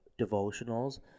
devotionals